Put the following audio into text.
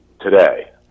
today